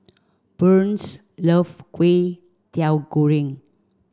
Burns love Kway Teow Goreng